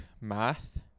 math